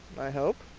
i hope.